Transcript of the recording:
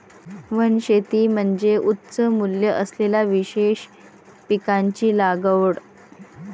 वनशेती म्हणजे उच्च मूल्य असलेल्या विशेष पिकांची लागवड